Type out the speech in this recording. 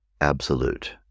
absolute